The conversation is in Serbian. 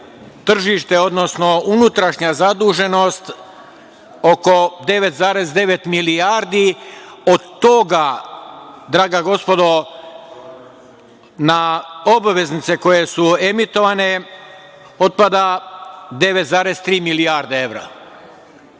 odnosno unutrašnja zaduženost oko 9,9 milijardi. Od toga, draga gospodo, na obveznice koje su emitovane otpada 9,3 milijarde evra.